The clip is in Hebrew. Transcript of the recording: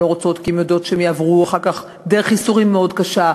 הן לא רוצות כי הן יודעות שהן יעברו אחר כך דרך ייסורים מאוד קשה.